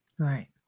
right